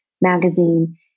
magazine